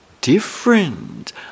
different